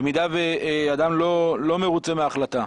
במידה ואדם לא מרוצה מההחלטה.